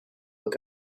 look